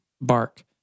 bark